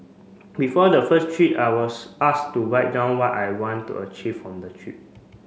before the first trip I was asked to write down what I want to achieve from the trip